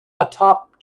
atop